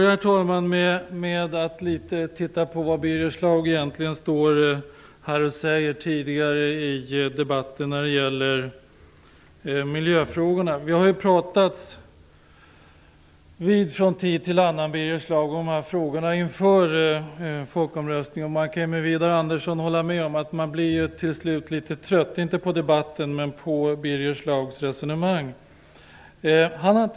Jag skall börja med att titta litet närmare på vad Birger Schlaug egentligen har stått och sagt här tidigare i debatten om miljöfrågorna. Vi har ju talats vid Birger Schlaug och jag om dessa frågor från tid till annan inför folkomröstningen. Jag kan hålla med Widar Andersson att man till slut blir litet trött, inte på debatten men på Birger Schlaugs resonemang. Herr talman!